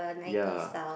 ya